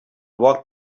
walked